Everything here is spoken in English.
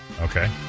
Okay